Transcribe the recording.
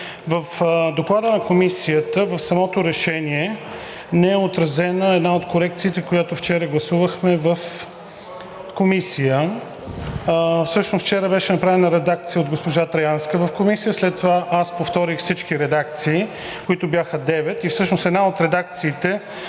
в Доклада на Комисията, в самото решение, не е отразена една от корекциите, която вчера гласувахме в Комисията. Всъщност вчера беше направена редакция от госпожа Траянска в Комисията, след това аз повторих всички редакции, които бяха девет, и всъщност една от редакциите